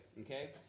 Okay